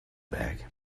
back